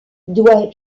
doit